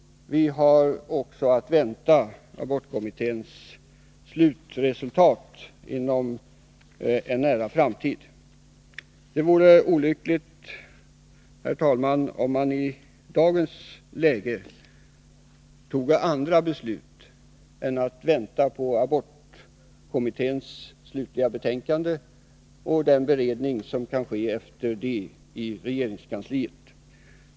Vi har också att vänta abortkommitténs slutresultat inom en nära framtid. Det vore olyckligt, herr talman, om man i dagens läge fattade andra beslut än att vänta på abortkommitténs slutliga betänkande och den beredning som därefter kan ske i regeringskansliet.